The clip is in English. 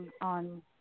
on